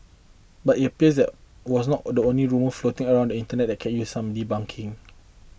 but it appears it was not the only rumour floating around the internet that can use some debunking